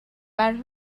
ferch